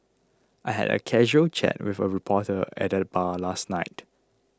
I had a casual chat with a reporter at the bar last night